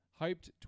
Hyped